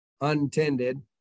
untended